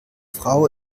frau